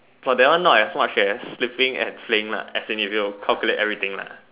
!wah! that one not as much as sleeping and playing lah as in if you calculate everything